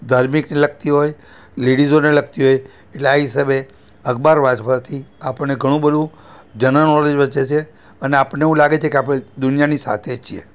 ધાર્મિકને લગતી હોય લેડિસોને લગતી હોય એટલે આ હિસાબે અખબાર વાંચવાથી આપણને ઘણુંબધું જનરલ નોલેજ વધે છે અને આપણને એવું લાગે છે કે આપણે દુનિયાની સાથે છીએ